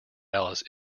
alice